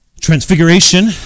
transfiguration